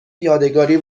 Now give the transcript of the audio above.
یادگاری